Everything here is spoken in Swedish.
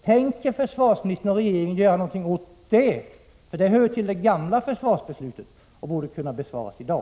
Tänker försvarsministern och regeringen i övrigt göra något åt det här förhållandet? Den frågan berör ju det gamla försvarsbeslutet och borde därför kunna besvaras i dag.